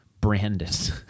brandis